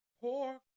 poor